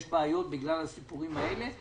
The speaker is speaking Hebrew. יש בעיות בגלל הסיפורים האלה,